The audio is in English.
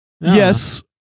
Yes